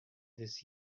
this